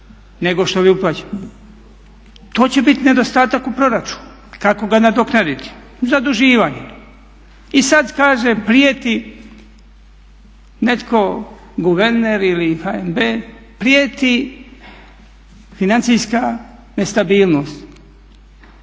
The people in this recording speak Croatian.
nego što je uplaćeno. To će biti nedostatak u proračunu. Kako ga nadoknaditi? Zaduživanjem. I sada kaže prijeti netko, guverner ili HNB, prijeti financijska nestabilnost.